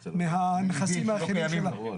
מהנכסים האחרים שלה.